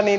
jes